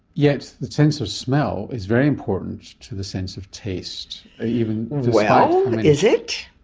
yet the sense of smell is very important to the sense of taste, even well, is it?